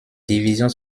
divisions